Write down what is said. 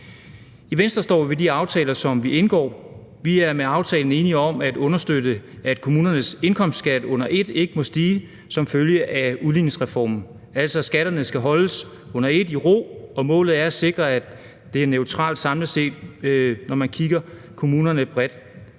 I Venstre står vi ved de aftaler, som vi indgår. Vi er med aftalen enige om at understøtte, at kommunernes indkomstskat under et ikke må stige som følge af udligningsreformen, altså skatterne skal under et holdes i ro, og målet er at sikre, at det samlet set er neutralt, når man kigger på kommunerne bredt.